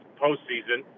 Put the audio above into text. postseason